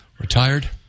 Retired